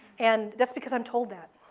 and that's because i'm told that.